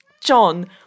John